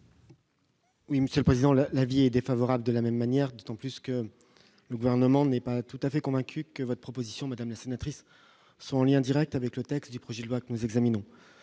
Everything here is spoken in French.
Oui, Monsieur le Président, l'avis est défavorable de la même manière, d'autant plus que le gouvernement n'est pas tout à fait convaincu que votre proposition, madame la sénatrice sont en lien Direct avec le texte du projet de loi que nous examinons